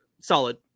solid